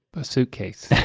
a suitcase.